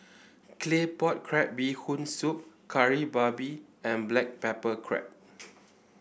Claypot Crab Bee Hoon Soup Kari Babi and Black Pepper Crab